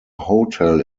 hotel